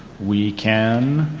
we can